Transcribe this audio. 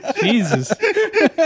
Jesus